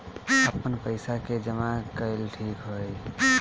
आपन पईसा के जमा कईल ठीक होई?